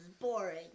boring